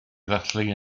ddathlu